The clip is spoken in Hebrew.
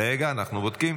רגע, אנחנו בודקים.